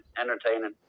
entertaining